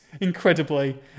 incredibly